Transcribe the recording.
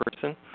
person